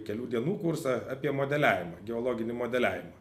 kelių dienų kursą apie modeliavimą geologinį modeliavimą